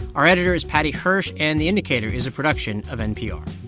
our editor is paddy hirsch, and the indicator is a production of npr